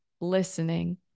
listening